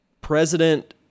president